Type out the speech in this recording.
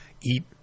eat